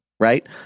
Right